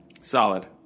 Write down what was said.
Solid